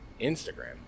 Instagram